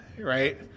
right